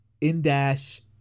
in-dash